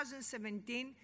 2017